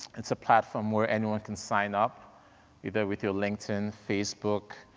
it's a platform where anyone can sign up either with your linkedin, facebook,